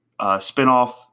spinoff